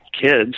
kids